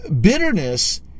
Bitterness